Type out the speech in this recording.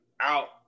out